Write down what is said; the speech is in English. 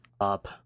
up